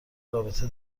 رابطه